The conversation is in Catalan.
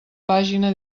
pàgina